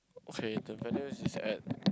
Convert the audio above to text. okay the venue is is at